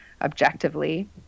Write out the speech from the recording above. objectively